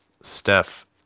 Steph